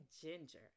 ginger